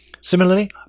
Similarly